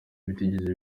bitigeze